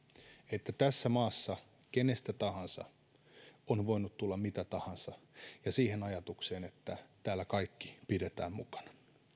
että tässä maassa kenestä tahansa on voinut tulla mitä tahansa ja siihen ajatukseen että täällä kaikki pidetään mukana